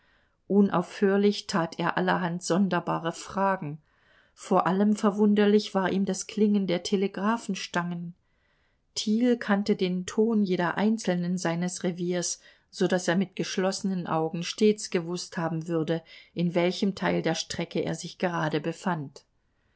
unaufhörlich tat er allerhand sonderbare fragen vor allem verwunderlich war ihm das klingen der telegraphenstangen thiel kannte den ton jeder einzelnen seines reviers so daß er mit geschlossenen augen stets gewußt haben würde in welchem teil der strecke er sich gerade befand